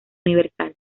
universal